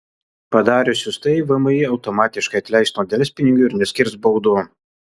padariusius tai vmi automatiškai atleis nuo delspinigių ir neskirs baudų